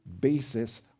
basis